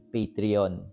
Patreon